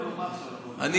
אני